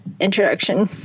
introduction